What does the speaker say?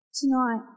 tonight